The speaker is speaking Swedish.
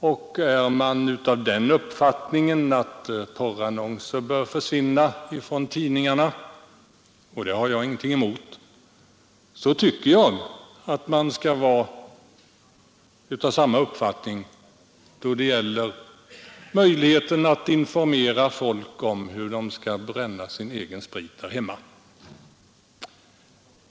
Jag tycker att den som anser att porrannonser bör försvinna från tidningarna — vilket jag inte har någonting emot — bör ha samma uppfattning när det gäller möjligheten att informera folk om hur de skall bränna sin egen sprit där hemma.